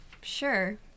Sure